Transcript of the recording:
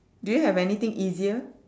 do you have anything easier